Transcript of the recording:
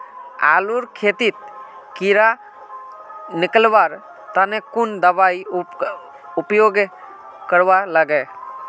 आलूर खेतीत कीड़ा निकलवार तने कुन दबाई उपयोग करवा लगे?